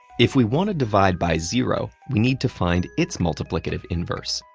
if we want to divide by zero, we need to find its multiplicative inverse,